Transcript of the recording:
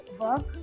work